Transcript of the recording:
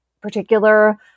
particular